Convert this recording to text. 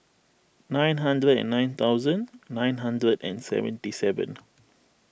nine hundred and nine thousand nine hundred and seventy seven